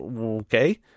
Okay